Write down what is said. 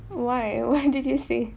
why why what did you say